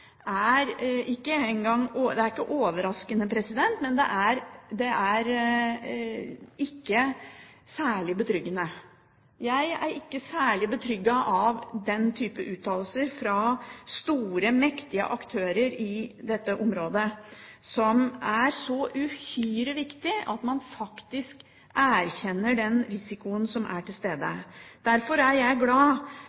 er ikke overraskende, men det er ikke særlig betryggende. Jeg er ikke særlig betrygget av den type uttalelser fra store, mektige aktører i dette området, hvor det er så uhyre viktig at man faktisk erkjenner den risikoen som er til stede.